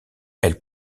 elle